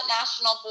national